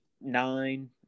nine